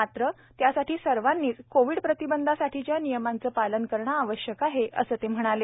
मात्र त्यासाठी सर्वांनीच कोविड प्रतिबंधासाठीच्या नियमांचं पालन करणं आवश्यक आहे असं ते म्हणाले